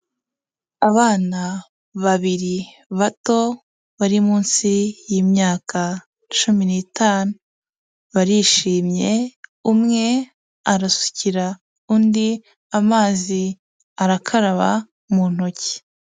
Abana babiri bato bari munsi y'imyaka cumi n'itanu, barishimye umwe arasukira undi amazi arakaraba mu ntoki.